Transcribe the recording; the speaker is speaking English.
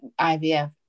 IVF